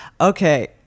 Okay